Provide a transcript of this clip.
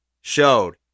showed